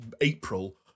April